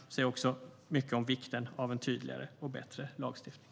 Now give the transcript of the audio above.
Det säger också mycket om vikten av en tydligare och bättre lagstiftning.